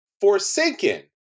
forsaken